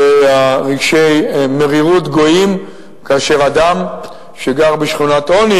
ורגשי מרירות גואים כאשר אדם שגר בשכונת עוני